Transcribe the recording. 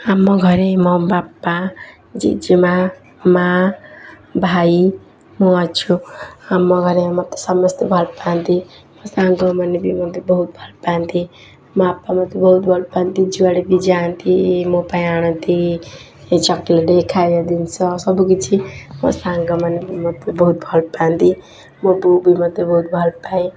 ଆମ ଘରେ ମୋ ବାପା ଜେଜେମା' ମା' ଭାଇ ମୁଁ ଅଛୁ ଆମ ଘରେ ମୋତେ ସମସ୍ତେ ଭଲ ପାଆନ୍ତି ମୋ ସାଙ୍ଗମାନେ ବି ମୋତେ ବହୁତ ଭଲ ପାଆନ୍ତି ମୋ ବାପା ମୋତେ ବହୁତ ଭଲ ପାଆନ୍ତି ଯୁଆଡ଼େ ବି ଯାଆନ୍ତି ମୋ ପାଇଁ ଆଣନ୍ତି ଏ ଚକୋଲେଟ୍ ଖାଇବା ଜିନିଷ ସବୁ କିଛି ମୋ ସାଙ୍ଗମାନେ ବି ମୋତେ ବହୁତ ଭଲ ପାଆନ୍ତି ମୋ ବୋଉ ବି ମୋତେ ବହୁତ ଭଲ ପାଏ